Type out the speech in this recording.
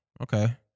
okay